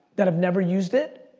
that have never used it,